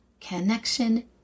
connection